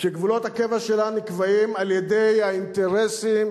שגבולות הקבע שלה נקבעים על-ידי האינטרסים